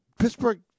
Pittsburgh